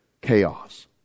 Chaos